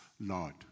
Lord